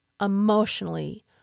emotionally